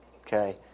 okay